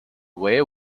way